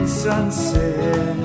sunset